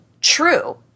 true